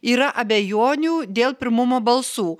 yra abejonių dėl pirmumo balsų